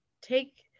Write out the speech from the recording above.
take